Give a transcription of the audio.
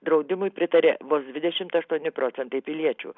draudimui pritarė vos dvidešimt aštuoni procentai piliečių